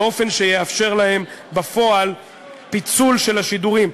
באופן שיאפשר להם בפועל פיצול של השידורים,